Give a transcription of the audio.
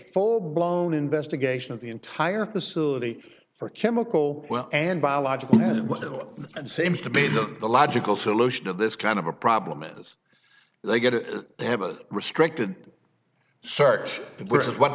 full blown investigation of the entire facility for chemical and biological material and seems to be the logical solution of this kind of a problem at this they get to have a restricted search which is what